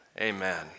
amen